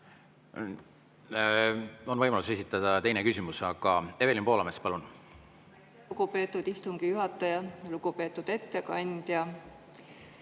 On võimalus esitada teine küsimus. Aga Evelin Poolamets, palun! Lugupeetud istungi juhataja! Lugupeetud ettekandja!